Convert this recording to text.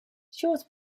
short